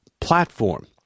platform